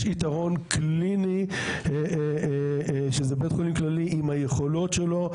יש יתרון קליני שזה בית חולים כללי עם היכולות שלו,